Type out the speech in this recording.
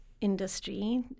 industry